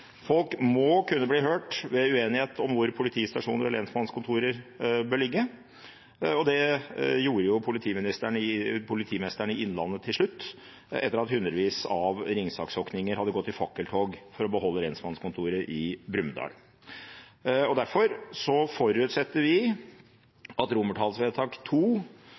Folk må kunne bli hørt ved uenighet om hvor politistasjoner og lensmannskontorer bør ligge. Det gjorde jo politimesteren i Innlandet til slutt, etter at hundrevis av ringsaksokninger hadde gått i fakkeltog for å beholde lensmannskontoret i Brumunddal. Derfor forutsetter vi at